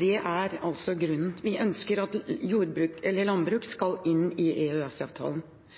Det er altså grunnen. Vi ønsker at